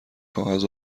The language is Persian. کاغذ